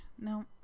No